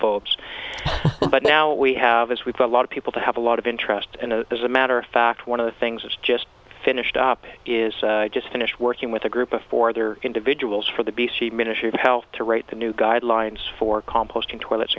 folks but now we have as with a lot of people to have a lot of interest in a as a matter of fact one of the things that's just finished up is just finished working with a group of four other individuals for the b c ministry of health to write the new guidelines for composting toilets